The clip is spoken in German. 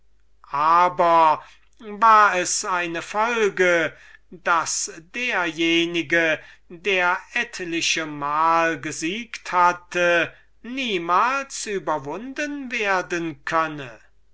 aber war es eine folge daß derjenige der etliche mal gesiegt hatte niemals überwunden werden könne